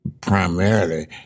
primarily